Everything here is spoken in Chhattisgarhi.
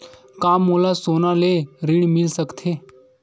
का मोला सोना ले ऋण मिल सकथे?